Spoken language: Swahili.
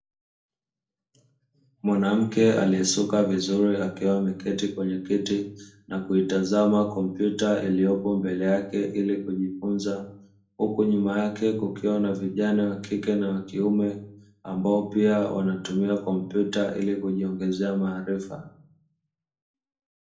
Mwanamke aliyesuka vizuri akiwa ameketi kwenye kiti na kuitazama kompyuta iliyopo mbele yake ili kujifunza huku nyuma yake kukiwa na vijana wa kike na wa kiume, ambao pia wanatumia kompyuta ili kujiongezea maarifa.